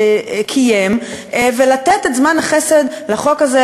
קיים, ולתת את זמן החסד לחוק הזה.